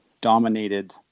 dominated